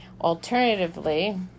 Alternatively